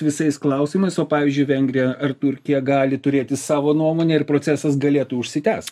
visais klausimais o pavyzdžiui vengrija ar turkija gali turėti savo nuomonę ir procesas galėtų užsitęst